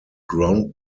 ground